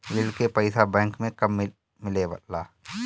ऋण के पइसा बैंक मे कब मिले ला?